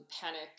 panic